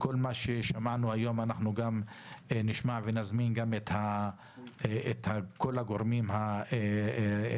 כל מה ששמענו היום נזמין את כל הגורמים הרלוונטיים.